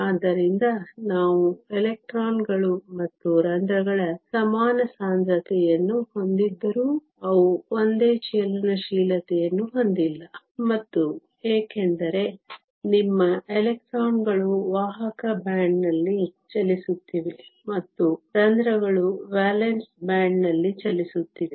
ಆದ್ದರಿಂದ ನಾವು ಎಲೆಕ್ಟ್ರಾನ್ಗಳು ಮತ್ತು ರಂಧ್ರಗಳ ಸಮಾನ ಸಾಂದ್ರತೆಯನ್ನು ಹೊಂದಿದ್ದರೂ ಅವು ಒಂದೇ ಚಲನಶೀಲತೆಯನ್ನು ಹೊಂದಿಲ್ಲ ಮತ್ತು ಏಕೆಂದರೆ ನಿಮ್ಮ ಎಲೆಕ್ಟ್ರಾನ್ಗಳು ವಾಹಕ ಬ್ಯಾಂಡ್ನಲ್ಲಿ ಚಲಿಸುತ್ತಿವೆ ಮತ್ತು ರಂಧ್ರಗಳು ವೇಲೆನ್ಸ್ ಬ್ಯಾಂಡ್ನಲ್ಲಿ ಚಲಿಸುತ್ತಿವೆ